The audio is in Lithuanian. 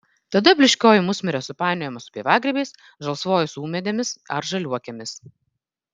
tada blyškioji musmirė supainiojama su pievagrybiais žalsvoji su ūmėdėmis ar žaliuokėmis